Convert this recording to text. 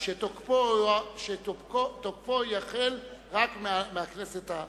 שתוקפו יחל רק מהכנסת השבע-עשרה.